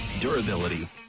durability